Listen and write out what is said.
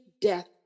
death